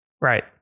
Right